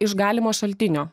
iš galimo šaltinio